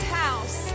house